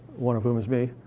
one of whom is me.